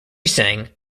sang